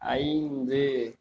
ஐந்து